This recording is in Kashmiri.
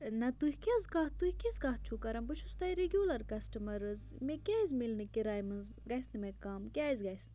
نہ تُہۍ کیٛاہ حظ کَتھ تُہۍ کِژھ کَتھ چھُو کران بہٕ چھُس تۄہہِ رِگیوٗلَر کَسٹٕمَر حظ مےٚ کیٛازِ مِلہِ نہٕ کراے منٛز گژھِ نہٕ مےٚ کَم کیٛازِ گژھِ نہٕ